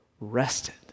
rested